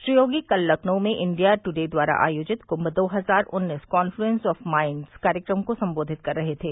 श्री योगी कल लखनऊ में India Today द्वारा आयोजित कुंभ दो हजार उन्नीस कॉन्फ्लुएन्स ऑफ माइन्ड्स कार्यक्रम को सम्बोधित कर रहे थे